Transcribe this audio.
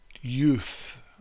youth